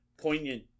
poignant